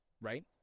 right